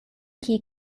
key